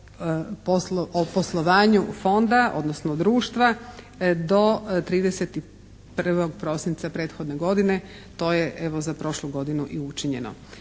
o poslovanju Fonda odnosno društva do 31. prosinca prethodne godine. To je evo za prošlu godinu i učinjeno.